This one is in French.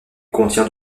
contient